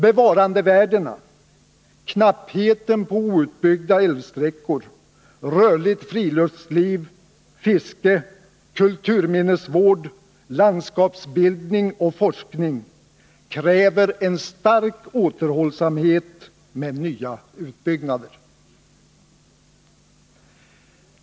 Bevarandevärdena, knappheten på outbyggda älvsträckor, rörligt friluftsliv, fiske, kulturminnesvård, landskapsbildning och forskning kräver en stark återhållsamhet med nya utbyggnader.